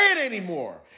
anymore